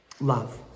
love